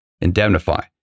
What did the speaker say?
indemnify